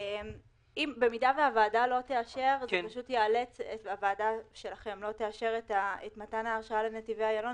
אם ועדת הכספים לא תאשר את מתן ההרשאה לנתיבי איילון